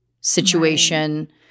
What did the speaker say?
situation